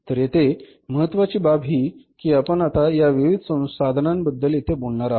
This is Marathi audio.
तर येथे महत्वाची बाब ही कि आपण आता या विविध साधनांबद्दल येथे बोलणार आहोत